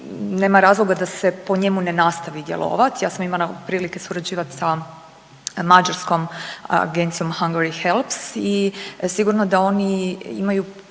nema razloga da se po njemu ne nastavi djelovati. Ja sam imala prilike surađivati sa mađarskom agencijom Hungary helps i sigurno da oni imaju